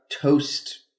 toast